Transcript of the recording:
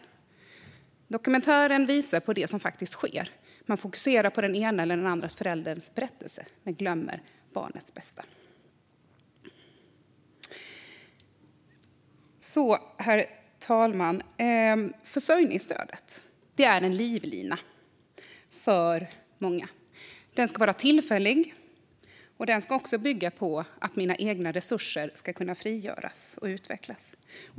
Dokumentären visar på det som faktiskt sker - man fokuserar på den ena eller den andra förälderns berättelse men glömmer barnets bästa. Herr talman! Försörjningsstödet är en livlina för många. Detta ska vara tillfälligt, och det ska bygga på att ens egna resurser ska kunna frigöras och utvecklas.